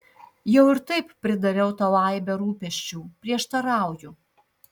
jau ir taip pridariau tau aibę rūpesčių prieštarauju